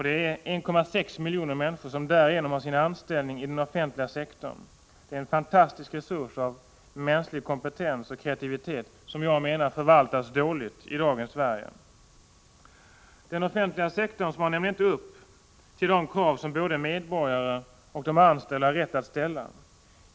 Det är 1,6 miljoner människor som därigenom har sin anställning i den offentliga sektorn — det är en fantastisk resurs av mänsklig kompetens och kreativitet, som jag menar förvaltas dåligt i dagens Sverige. Den offentliga sektorn motsvarar nämligen inte de krav som både medborgare och anställda har rätt att ställa.